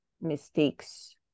mistakes